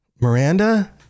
Miranda